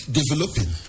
developing